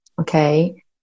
okay